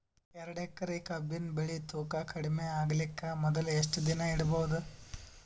ಎರಡೇಕರಿ ಕಬ್ಬಿನ್ ಬೆಳಿ ತೂಕ ಕಡಿಮೆ ಆಗಲಿಕ ಮೊದಲು ಎಷ್ಟ ದಿನ ಇಡಬಹುದು?